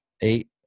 eight